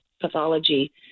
pathology